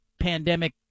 pandemic